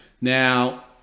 Now